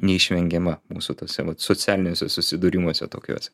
neišvengiama mūsų tuose socialiniuose susidūrimuose tokiuose